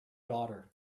daughter